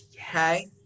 okay